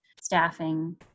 staffing